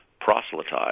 proselytize